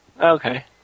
Okay